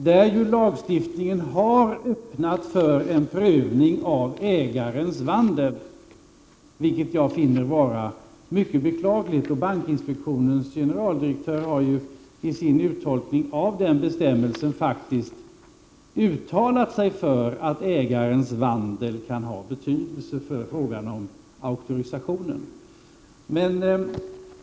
Denna lagstiftning har öppnat möjlighet för en prövning av ägarens vandel, vilket jag finner vara mycket beklagligt. Bankinspektionens generaldirektör har vid sin uttolkning av denna bestämmelse faktiskt uttalat sig för att ägarens vandel kan ha betydelse för frågan om auktorisationen.